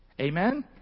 Amen